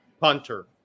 punter